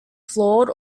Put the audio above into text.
flawed